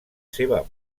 seva